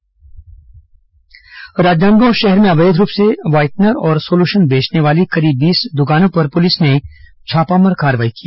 राजनांदगांव कार्रवाई राजनादगांव शहर में अवैध रूप से वाइटनर और सोलुशन बेचने वाली करीब बीस दुकानों पर पुलिस ने छापामार कार्रवाई की